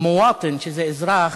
"מוואטן", שזה אזרח,